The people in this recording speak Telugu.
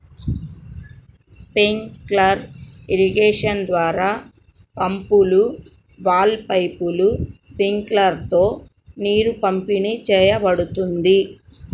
స్ప్రింక్లర్ ఇరిగేషన్ ద్వారా పంపులు, వాల్వ్లు, పైపులు, స్ప్రింక్లర్లతో నీరు పంపిణీ చేయబడుతుంది